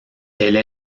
elle